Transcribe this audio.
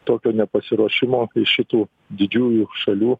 tokio nepasiruošimo iš šitų didžiųjų šalių